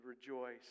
rejoice